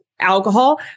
alcohol